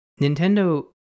nintendo